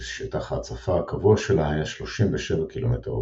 ששטח ההצפה הקבוע שלה היה 37 קמ"ר,